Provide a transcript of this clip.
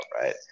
right